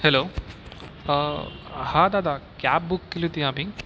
hello हां दादा cab book केली होती आम्ही